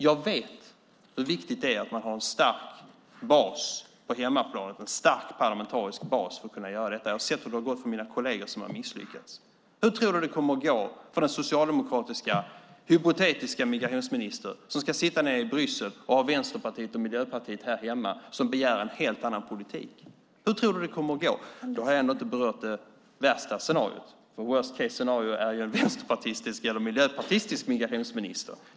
Jag vet hur viktigt det är att ha en stark parlamentarisk bas på hemmaplan. Jag har sett hur det har gått för mina kolleger som har misslyckats. Hur tror du att det kommer att gå för den socialdemokratiska hypotetiska migrationsminister som ska sitta i Bryssel när Vänsterpartiet och Miljöpartiet här hemma begär en helt annan politik? Då har jag ändå inte berört det värsta scenariot; worst case scenario är en vänsterpartistisk eller miljöpartistisk migrationsminister.